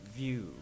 view